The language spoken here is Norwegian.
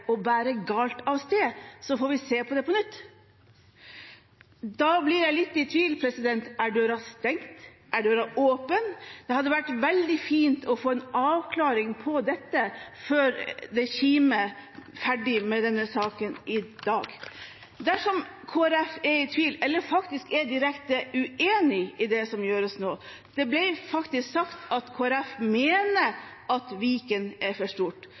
å bære galt av sted, får vi se på det på nytt. Da blir jeg litt i tvil: Er døra stengt? Er døra åpen? Det hadde vært veldig fint å få en avklaring på dette før denne saken er ferdig i dag. Dersom Kristelig Folkeparti er i tvil om eller er direkte uenig i det som gjøres nå – det ble faktisk sagt at Kristelig Folkeparti mener at Viken er for